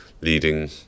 leading